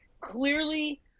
clearly